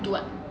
do what